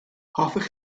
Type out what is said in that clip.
hoffech